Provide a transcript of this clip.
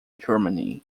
germany